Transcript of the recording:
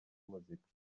muzika